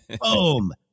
Boom